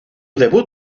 debut